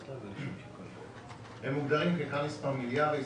הם מוגדרים כקאליס פמיליאריס,